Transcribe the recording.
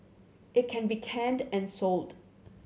it can be canned and sold